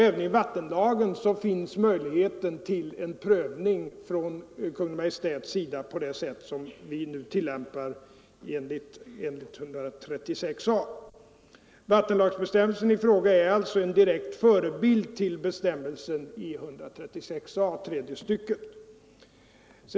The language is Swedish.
Även i vattenlagen finns möjlighet till en prövning från Kungl. Maj:ts sida på det sätt som vi nu tillämpar enligt 136 a §. Bestämmelsen i vattenlagen är alltså en direkt förebild till bestämmelsen i 136 a § tredje stycket byggnadslagen.